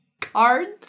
Cards